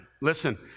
Listen